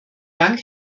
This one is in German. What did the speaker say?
dank